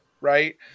right